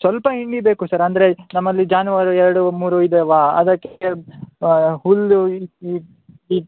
ಸ್ವಲ್ಪ ಹಿಂಡಿ ಬೇಕು ಸರ್ ಅಂದರೆ ನಮ್ಮಲ್ಲಿ ಜಾನುವಾರು ಎರಡು ಮೂರು ಇದ್ದಾವಾ ಅದಕ್ಕೆ ಹುಲ್ಲು ಈ ಈ ಈ